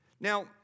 Now